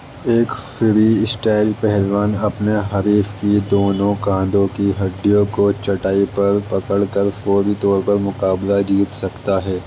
ایک free style پہلوان اپنے حریف کی دونوں کاندھوں کی ہڈیوں کو چٹائی پر پکڑ کر فوری طور پر مقابلہ جیت سکتا ہے